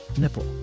nipple